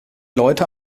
leute